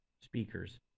speakers